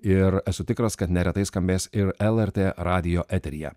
ir esu tikras kad neretai skambės ir lrt radijo eteryje